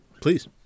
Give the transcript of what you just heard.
please